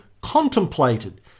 contemplated